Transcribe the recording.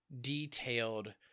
detailed